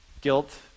Guilt